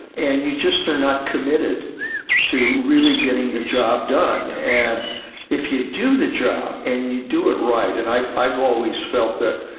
and you just are not committed to really getting the job done. and if you do the job and you do it right, and i've i've always felt that,